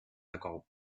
ago